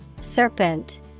Serpent